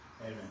Amen